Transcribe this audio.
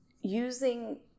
using